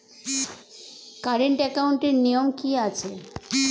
Current একাউন্টের নিয়ম কী আছে?